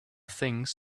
things